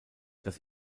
das